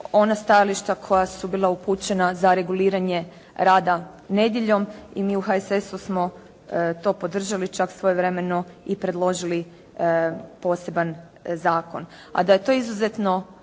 ona stajališta koja su bila upućena za reguliranje rad nedjeljom i mi u HSS-u smo to podržali čak svojevremeno i predložili poseban zakon.